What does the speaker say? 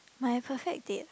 my perfect date